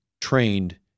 trained